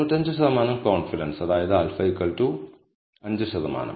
95 ശതമാനം കോൺഫിഡൻസ് അതായത് α 5 ശതമാനം